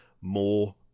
more